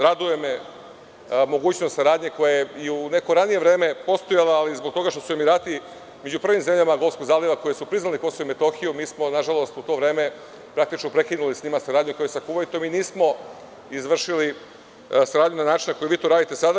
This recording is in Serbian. Raduje me mogućnost saradnje koja je u neko ranije vreme postojala, ali zbog toga što su Emirati među prvim zemljama … zaliva koji su priznali Kosovo i Metohiju, a mi smo nažalost u to vreme praktično prekinuli sa njima saradnju, kao i sa Kuvajtom, i nismo izvršili saradnju na način na koji vi to radite sada.